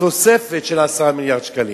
תוספת של 10 מיליארד שקלים.